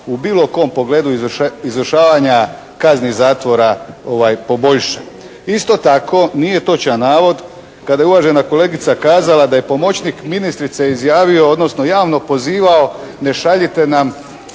u bilo kom pogledu izvršavanja kazni zatvora poboljša. Isto tako nije točan navod kada je uvažena kolegica kazala da je pomoćnik ministrice izjavio odnosno javno pozivao, ne šaljite nam